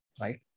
Right